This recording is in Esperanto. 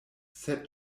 sed